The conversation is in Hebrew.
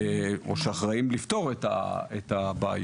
או שאחראיים לפתור את הבעיות.